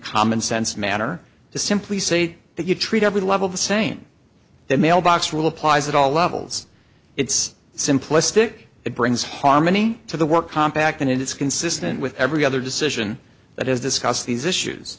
common sense manner to simply say that you treat every level the same that mailbox rule applies at all levels it's simplistic it brings harmony to the work compact and it's consistent with every other decision that is discussed these issues